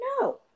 no